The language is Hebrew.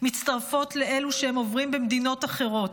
מצטרפות לאלו שהם עוברים במדינות אחרות,